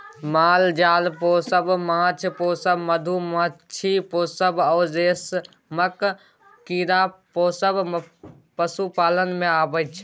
माल जाल पोसब, माछ पोसब, मधुमाछी पोसब आ रेशमक कीरा पोसब पशुपालन मे अबै छै